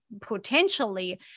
potentially